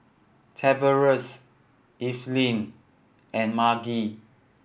Tavares Evelyn and Margy